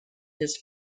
his